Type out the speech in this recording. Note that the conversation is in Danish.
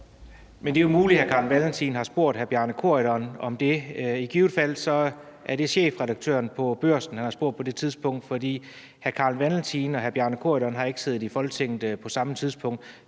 (S): Det er jo muligt, at hr. Carl Valentin har spurgt hr. Bjarne Corydon om det. I givet fald er det chefredaktøren på Børsen, han har spurgt på det tidspunkt, for hr. Carl Valentin og hr. Bjarne Corydon har ikke siddet i Folketinget på samme tidspunkt.